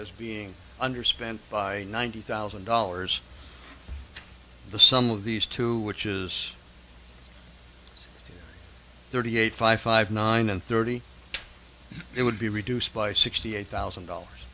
as being underspent by ninety thousand dollars the sum of these two which is thirty eight five five nine and thirty it would be reduced by sixty eight thousand dollars